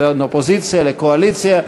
בין אופוזיציה וקואליציה.